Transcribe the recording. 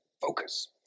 Focus